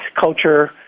culture